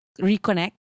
reconnect